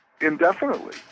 Indefinitely